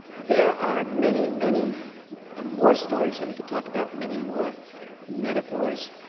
there are many, many ah more stories that we could talk about, many more metaphors.